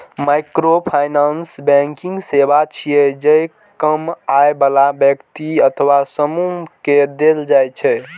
microfinance banking सेवा छियै, जे कम आय बला व्यक्ति अथवा समूह कें देल जाइ छै